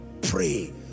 pray